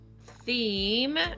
theme